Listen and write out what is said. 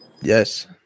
yes